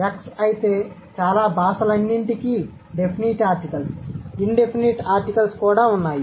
"x" అయితే చాలా భాషలన్నింటికీ definite articles indefinite articles కూడా ఉన్నాయి